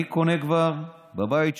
אני קונה לבית